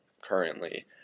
currently